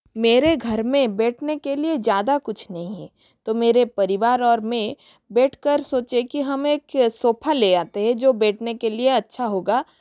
मेरे घर में बैठने के लिए ज़्यादा कुछ नहीं है तो मेरे परिवार और मैं बैठकर सोचे कि हमें सोफा ले आते हैं जो बैठने के लिए अच्छा होगा